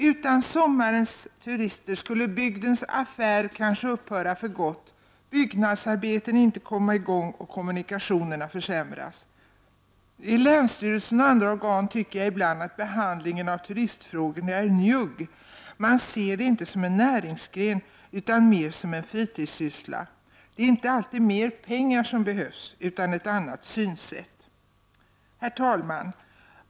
Utan sommarens turister skulle bygdens affär kanske upphöra för gott, byggnadsarbeten inte komma i gång och kommunikationerna försämras. Jag tycker ibland att behandlingen av turistfrågor i länsstyrelsen och andra organ är njugg — man ser det inte som en näringsgren, utan mer som en fritidssyssla. Det är inte alltid mer pengar som behövs, utan ett annat synsätt. Herr talman!